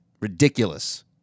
ridiculous